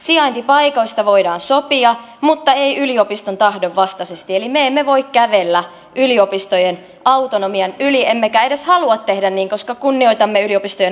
sijaintipaikoista voidaan sopia mutta ei yliopiston tahdon vastaisesti eli me emme voi kävellä yliopistojen autonomian yli emmekä edes halua tehdä niin koska kunnioitamme yliopistojen autonomiaa